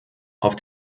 auf